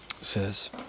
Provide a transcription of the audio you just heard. says